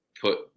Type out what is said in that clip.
put